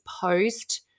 post